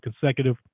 consecutive